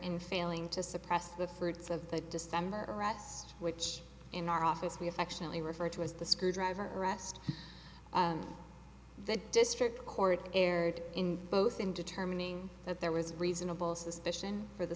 in failing to suppress the fruits of the december arrest which in our office we affectionately refer to as the screw driver arrest and the district court erred in both in determining that there was reasonable suspicion for the